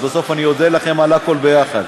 אז בסוף אני אודה לכם על הכול ביחד.